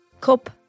Cup